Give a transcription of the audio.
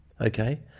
Okay